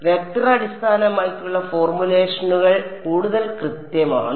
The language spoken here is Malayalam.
അതിനാൽ വെക്റ്റർ അടിസ്ഥാനമാക്കിയുള്ള ഫോർമുലേഷനുകൾ കൂടുതൽ കൃത്യമാണ്